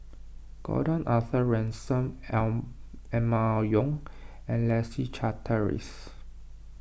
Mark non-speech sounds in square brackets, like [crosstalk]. Gordon Arthur Ransome [unintelligible] Emma Yong and Leslie Charteris